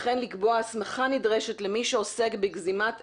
וכן לקבוע הסמכה נדרשת למי שעוסק בגזימת עצים.